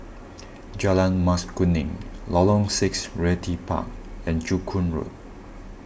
Jalan Mas Kuning Lorong six Realty Park and Joo Koon Road